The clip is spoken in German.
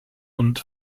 und